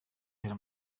ahera